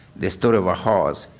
the story of a horse,